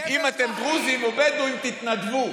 אם אתם דרוזים או בדואים, תתנדבו.